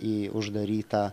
į uždarytą